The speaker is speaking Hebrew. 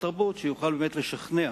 שיוכל באמת לשכנע